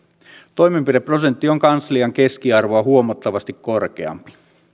toimenpideprosentti on kanslian keskiarvoa huomattavasti korkeampi